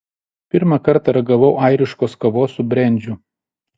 pirmą kartą ragavau airiškos kavos su brendžiu